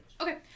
okay